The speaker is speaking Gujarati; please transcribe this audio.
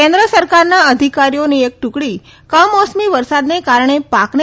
કેન્દ્ર સરકારના અધિકારીઓની એક ટુકડી કમોસમી વરસાદને કારણે પાકને